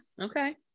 okay